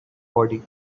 body